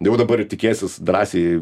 jau dabar tikėsis drąsiai